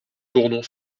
tournon